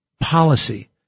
policy